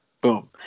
boom